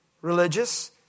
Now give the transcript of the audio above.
religious